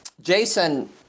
Jason